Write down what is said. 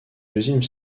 deuxième